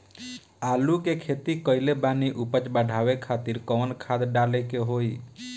आलू के खेती कइले बानी उपज बढ़ावे खातिर कवन खाद डाले के होई?